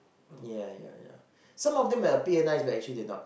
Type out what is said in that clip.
ya ya ya some may appear nice but actually they are not